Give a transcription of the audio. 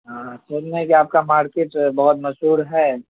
ہاں سنے ہیں آپ کا مارکیٹ جو ہے بہت مشہور ہے